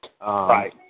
Right